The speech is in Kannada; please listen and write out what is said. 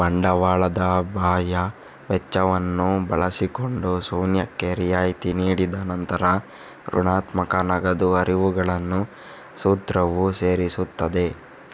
ಬಂಡವಾಳದ ಬಾಹ್ಯ ವೆಚ್ಚವನ್ನು ಬಳಸಿಕೊಂಡು ಶೂನ್ಯಕ್ಕೆ ರಿಯಾಯಿತಿ ನೀಡಿದ ನಂತರ ಋಣಾತ್ಮಕ ನಗದು ಹರಿವುಗಳನ್ನು ಸೂತ್ರವು ಸೇರಿಸುತ್ತದೆ